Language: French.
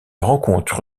rencontre